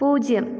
പൂജ്യം